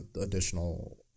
additional